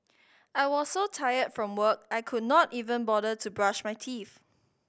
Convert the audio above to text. I was so tired from work I could not even bother to brush my teeth